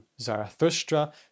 Zarathustra